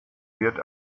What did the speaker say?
wird